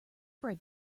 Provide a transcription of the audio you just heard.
bred